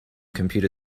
computer